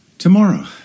tomorrow